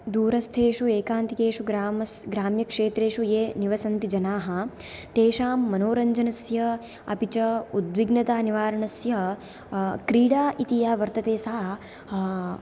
दूरस्थेषु एकान्तिकेषु ग्रामस् ग्राम्यक्षेत्रेषु ये निवसन्ति जनाः तेषां मनोरञ्जनस्य अपि च उद्विग्नतानिवारणस्य क्रीडा इति या वर्तते सा